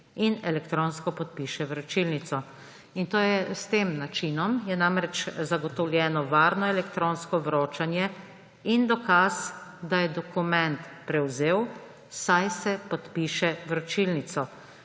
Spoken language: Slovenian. in elektronsko podpiše vročilnico.« S tem načinom je namreč zagotovljeno varno elektronsko vročanje in dokaz, da je dokument prevzel, saj se podpiše vročilnico.